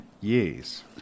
yes